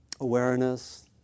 awareness